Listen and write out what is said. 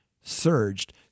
surged